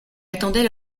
attendait